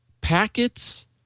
packets –